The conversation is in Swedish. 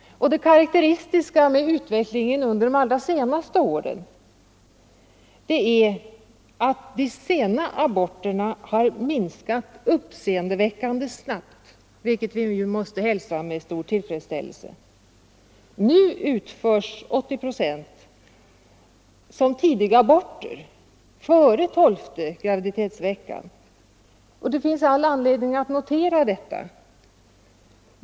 Det karakteristiska med utvecklingen under de allra senaste åren är att de sena aborterna har minskat i antal uppseendeväckande snabbt, vilket vi ju måste hälsa med stor tillfredsställelse. Nu utförs 80 procent som tidigaborter före tolfte graviditetsveckan. Det finns all anledning att notera detta.